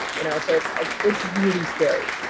you know so it's like it's really scary.